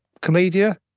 comedia